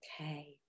okay